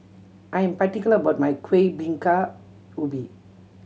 I am particular about my Kuih Bingka Ubi